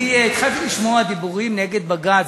אני התחלתי לשמוע דיבורים נגד בג"ץ,